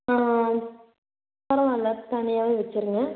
பரவாயில்லை தனியாகவே வச்சிடுங்க